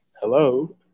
hello